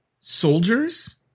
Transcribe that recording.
soldiers